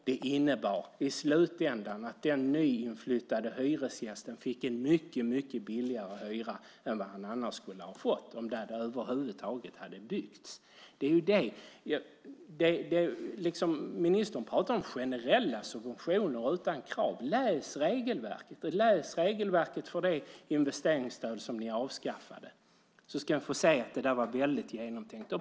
Det innebar i slutändan att den nyinflyttade hyresgästen fick en mycket billigare hyra än han annars skulle ha fått - om bostäderna över huvud taget hade byggts. Ministern pratar om generella subventioner utan krav. Läs regelverket och läs regelverket för det investeringsstöd som ni avskaffade så ska ni få se att det var väldigt genomtänkt.